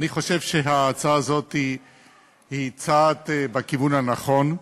אני חושב שההצעה הזאת היא צעד בכיוון הנכון,